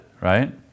right